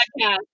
podcast